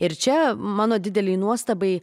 ir čia mano didelei nuostabai